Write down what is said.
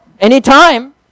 anytime